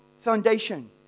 foundation